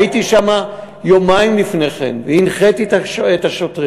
הייתי שם יומיים לפני כן והנחיתי את השוטרים,